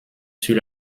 sur